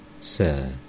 Sir